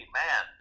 man